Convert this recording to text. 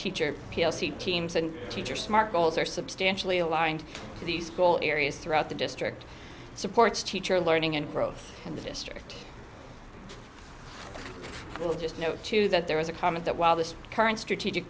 teacher p l c teams and teacher smart goals are substantially aligned to these cool areas throughout the district supports teacher learning and growth in the district will just note too that there is a comment that while this current strategic